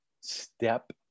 step